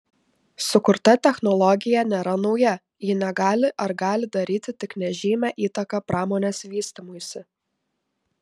sukurta technologija nėra nauja ji negali ar gali daryti tik nežymią įtaką pramonės vystymuisi